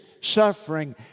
suffering